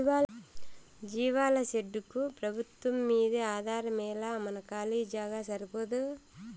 జీవాల షెడ్డుకు పెబుత్వంమ్మీదే ఆధారమేలా మన కాలీ జాగా సరిపోదూ